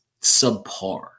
subpar